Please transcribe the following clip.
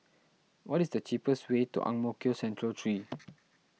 what is the cheapest way to Ang Mo Kio Central three